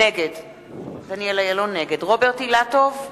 נגד רוברט אילטוב,